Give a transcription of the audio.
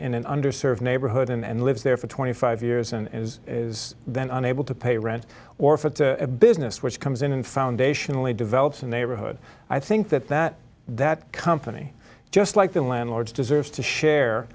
in under served neighborhood and lives there for twenty five years and is then unable to pay rent or for a business which comes in and foundationally develops a neighborhood i think that that that company just like the landlords deserves to share